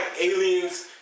aliens